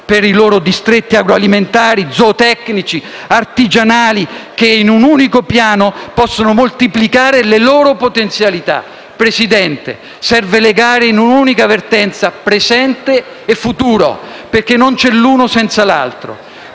per i loro distretti agroalimentari, zootecnici e artigianali, che in un unico piano possono moltiplicare le loro potenzialità. Signor Presidente, serve legare in un'unica vertenza presente e futuro, perché non c'è l'uno senza l'altro.